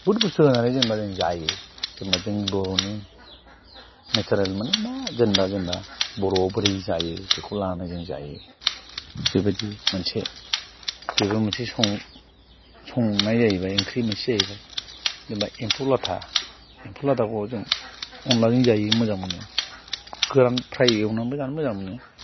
बहुत बुस्तु होनानै जेनेबा जों जायो जेनेबा जों बर'नि नेचारेल माने मा जेनेबा जेनेबा बर'आव बोरै जायो बेखौ लानानै जों जायो बेबायदि मोनसे बेबो मोनसे संनाय जाहैबाय ओंख्रि मोनसे जाहैबाय जेनेबा एम्फौ लाथा एम्फौ लाथाखौ जों अनलाजों जायो मोजां मोनो गोरान फ्राय एवनानैबो जानो मोजां मोनो